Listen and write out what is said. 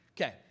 Okay